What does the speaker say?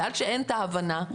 בגלל שאין את ההבנה,